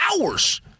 hours